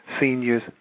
seniors